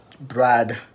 Brad